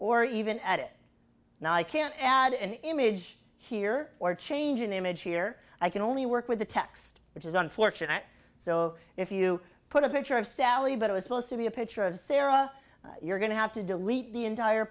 or even at it no i can't add an image here or change an image here i can only work with the text which is unfortunate so if you put a picture of sally but it was supposed to be a picture of sarah you're going to have to delete the entire